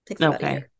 Okay